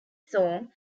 song